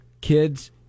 kids